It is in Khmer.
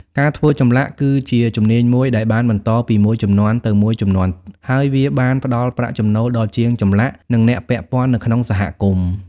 ការធ្វើចម្លាក់គឺជាជំនាញមួយដែលបានបន្តពីមួយជំនាន់ទៅមួយជំនាន់ ហើយវាបានផ្តល់ប្រាក់ចំណូលដល់ជាងចម្លាក់ និងអ្នកពាក់ព័ន្ធនៅក្នុងសហគមន៍។